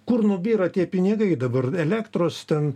kur nubyra tie pinigai dabar elektros ten